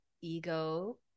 ego